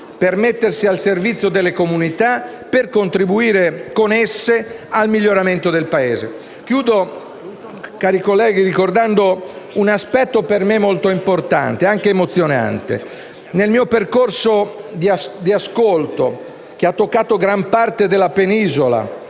per mettersi al servizio delle comunità e per contribuire al miglioramento del Paese. Concludo, cari colleghi, ricordando un aspetto per me molto importante e anche emozionante. Nel mio percorso di ascolto, che ha toccato gran parte della penisola,